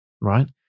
Right